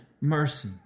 mercy